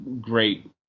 great